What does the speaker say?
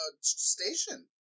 station